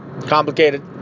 Complicated